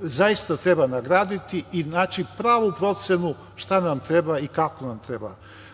zaista treba nagraditi i naći pravu procenu šta nam treba i kako nam treba.